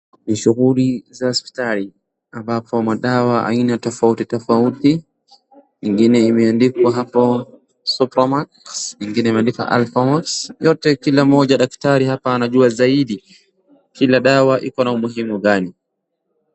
Ni shughuli za hopsitali ambapo madawa aina tofauti tofauti ingine imeandikwa hapo Superman, ingine imeandikwa Alphamox. Yote kila moja daktari hapa anajua zaidi kila dawa iko na umuhimu gani.